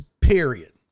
Period